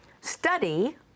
Study